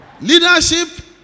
Leadership